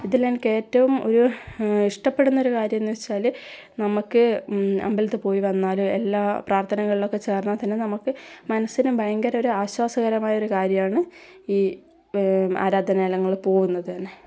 ഇതിൽ എനിക്ക് ഏറ്റവും ഒരു ഇഷ്ടപ്പെടുന്ന ഒരു കാര്യം എ ന്ന് വച്ചാൽ നമുക്ക് അമ്പലത്തിൽ പോയി വന്നാൽ എല്ലാ പ്രാർത്ഥനകളിൽ ഒക്കെ ചേർന്നാൽ തന്നെ നമുക്ക് മനസ്സിന് ഭയങ്കര ഒരു ആശ്വാസകരമായ ഒരു കാര്യമാണ് ഈ ആരാധനാലയങ്ങളിൽ പോകുന്നത് തന്നെ